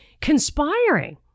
Conspiring